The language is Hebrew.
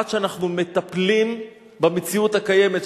עד שאנחנו מטפלים במציאות הקיימת,